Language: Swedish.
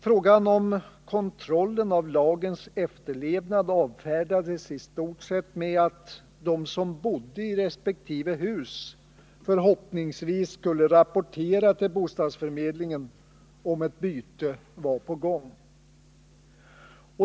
Frågan om kontrollen av lagens efterlevnad avfärdades i stort sett med att de som bodde i resp. hus förhoppningsvis skulle rapportera till bostadsförmedlingen, om ett byte var på gång.